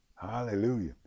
hallelujah